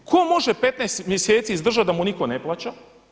Tko može 15 mjeseci izdržati da mu nitko ne plaća?